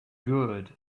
good